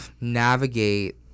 navigate